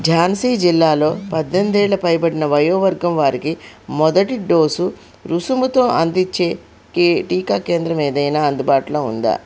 ఝాన్సీ జిల్లాలో పద్దెనిమిది ఏళ్ళ పైబడిన వయోవర్గం వారికి మొదటి డోసు రుసుముతో అందించే కె టీకా కేంద్రం ఏదైనా అందుబాటులో ఉందా